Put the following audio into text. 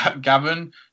Gavin